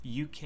UK